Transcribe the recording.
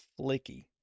Flicky